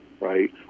right